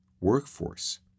workforce